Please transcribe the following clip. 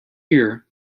here